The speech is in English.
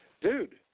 Dude